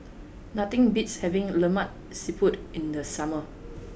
nothing beats having Lemak Siput in the summer